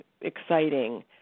exciting